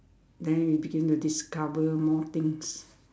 then you begin to discover more things